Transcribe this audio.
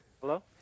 Hello